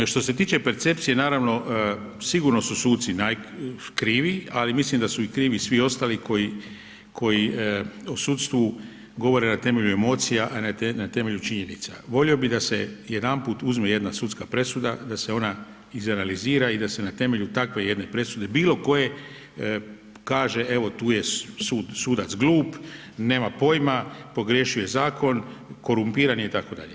Što se tiče percepcije naravno, sigurno su suci krivi ali mislim da su krivi svi ostali koji o sudstvu govore na temelju emocija a ne na temelju činjenica, volio bi da se jedanput uzme jedna sudska presuda, da se ona izanalizira i da se na temelju takve jedne presude bilokoje kaže evo tu je sudac glup, nema pojma, pogriješio je zakon, korumpiran je itd.